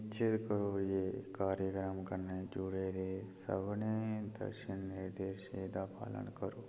निश्चत करो जे कार्यक्रम कन्नै जुड़े दे सभनें दिशा निर्देशें दा पालन करो